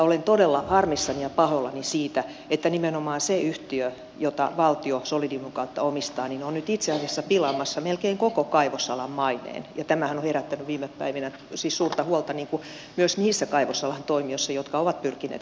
olen todella harmissani ja pahoillani siitä että nimenomaan se yhtiö jota valtio solidiumin kautta omistaa on nyt itse asiassa pilaamassa melkein koko kaivosalan maineen ja tämähän on herättänyt viime päivinä suurta huolta myös niissä kaivosalan toimijoissa jotka ovat pyrkineet